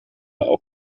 auch